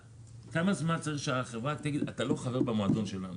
כמה זמן צריך שהחברה תגיד שאתה לא חבר במועדון שלה.